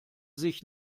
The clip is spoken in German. sich